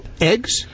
Eggs